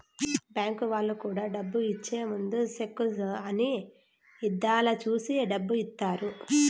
bank వాళ్ళు కూడా డబ్బు ఇచ్చే ముందు సెక్కు అన్ని ఇధాల చూసి డబ్బు ఇత్తారు